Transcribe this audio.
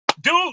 Dude